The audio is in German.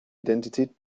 identität